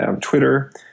Twitter